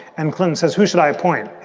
and klain says, who should i appoint?